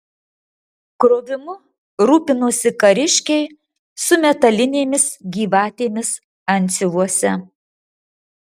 krovimu rūpinosi kariškiai su metalinėmis gyvatėmis antsiuvuose